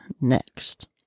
next